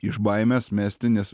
iš baimės mesti nes